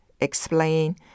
explain